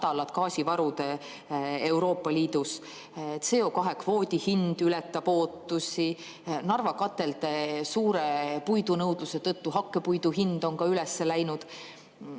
gaasivarud Euroopa Liidus. CO2‑kvoodi hind ületab ootusi, Narva katelde suure puidunõudluse tõttu on hakkepuidu hind üles läinud.